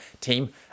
team